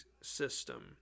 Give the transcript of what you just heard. system